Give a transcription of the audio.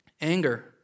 anger